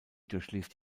durchlief